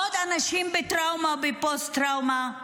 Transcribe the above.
עוד אנשים בטראומה ובפוסט-טראומה?